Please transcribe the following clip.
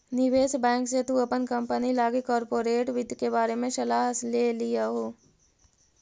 निवेश बैंक से तु अपन कंपनी लागी कॉर्पोरेट वित्त के बारे में सलाह ले लियहू